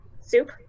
soup